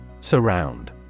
Surround